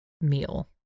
meal